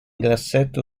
grassetto